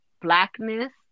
Blackness